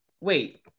wait